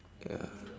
ya